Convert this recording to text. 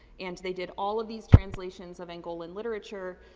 and they did all of these translations of angolan literature.